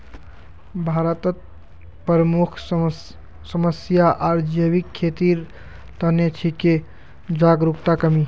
भारतत प्रमुख समस्या आर जैविक खेतीर त न छिके जागरूकतार कमी